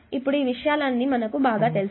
ఇప్పుడు ఈ విషయాలన్నీ మనకు బాగా తెలుసు